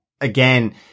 Again